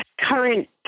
current